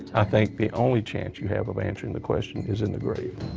i think the only chance you have of answering the question is in the grave.